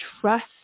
trust